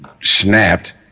snapped